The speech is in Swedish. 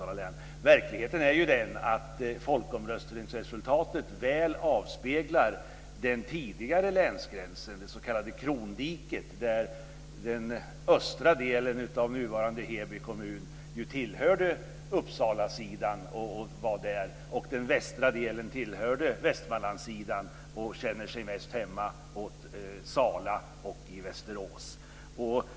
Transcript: Verkligheten är den att folkomröstningsresultatet väl avspeglar den tidigare länsgränsen - det s.k. krondiket - då den östra delen av Heby kommun ju tillhörde Uppsalasidan. Den västra delen tillhörde Västmanlandssidan, och känner sig mest hemma med Sala och Västerås.